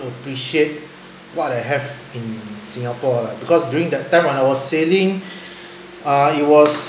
appreciate what I have in singapore because during that time when I was sailing uh it was